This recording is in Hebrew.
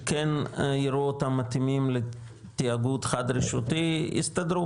שכן יראו אותם מתאימים לתיאגוד חד-רשותי יסתדרו